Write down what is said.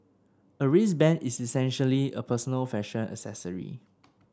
a wristband is essentially a personal fashion accessory